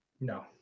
No